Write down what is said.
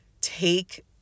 take